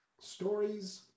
Stories